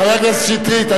חבר הכנסת שטרית,